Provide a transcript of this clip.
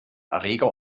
erreger